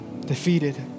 Defeated